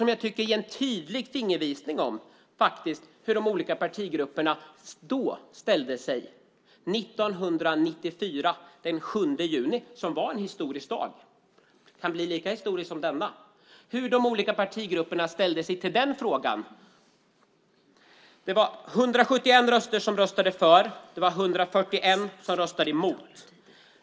Jag tycker att det ger en tydlig fingervisning om hur de olika partigrupperna då ställde sig till den frågan. Det var den 7 juni 1994 som var en historisk dag. Denna dag kan bli lika historisk. Det var 171 ledamöter som röstade för och 141 ledamöter som röstade emot.